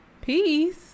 Peace